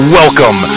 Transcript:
welcome